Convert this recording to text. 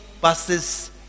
buses